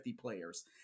players